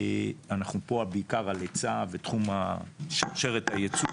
אנחנו פה בעיקר על היצע ותחום שרשרת הייצור,